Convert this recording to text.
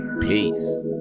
Peace